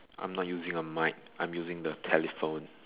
I'm not using the mic I'm using the telephone